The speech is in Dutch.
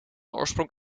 oorsprong